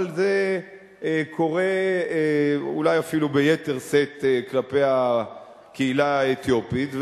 אבל זה קורה אולי אפילו ביתר שאת כלפי הקהילה האתיופית,